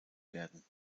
werden